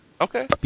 Okay